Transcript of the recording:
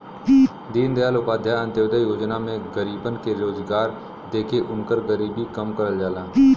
दीनदयाल उपाध्याय अंत्योदय योजना में गरीबन के रोजगार देके उनकर गरीबी कम करल जाला